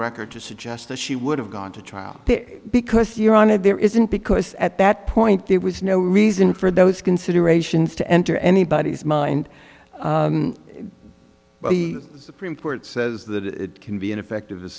the record to suggest that she would have gone to trial because you're on it there isn't because at that point there was no reason for those considerations to enter anybody's mind the supreme court says that it can be ineffective